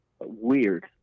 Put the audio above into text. weird